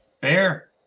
fair